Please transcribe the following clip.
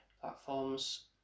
platforms